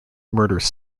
murderous